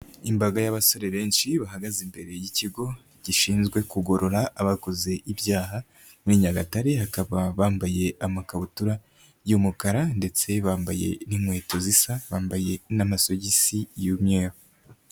Imbaga y'abasore benshi bahagaze imbere y'ikigo gishinzwe kugorora abakoze ibyaha muri Nyagatare, hakaba bambaye amakabutura y'umukara ndetse bambaye n'inkweto zisa, bambaye n'amasogisi y'umweru.